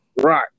Right